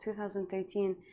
2013